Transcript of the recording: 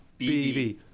BB